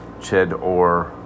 Chedor